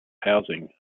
housing